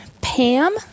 Pam